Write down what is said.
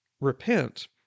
repent